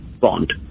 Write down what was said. Bond